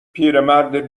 پیرمرد